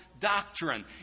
Doctrine